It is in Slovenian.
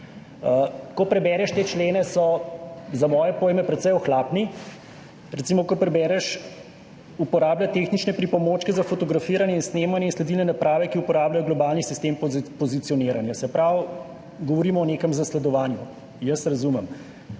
Ko prebereš te člene, so za moje pojme precej ohlapni. Recimo, ko prebereš, uporablja tehnične pripomočke za fotografiranje in snemanje in sledilne naprave, ki uporabljajo globalni sistem pozicioniranja, se pravi, govorimo o nekem zasledovanju. Jaz razumem,